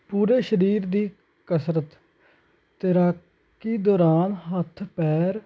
ਪੂਰੇ ਸਰੀਰ ਦੀ ਕਸਰਤ ਤੈਰਾਕੀ ਦੌਰਾਨ ਹੱਥ ਪੈਰ